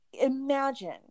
imagine